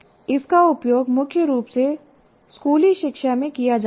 इसका उपयोग मुख्य रूप से स्कूली शिक्षा में किया जाता था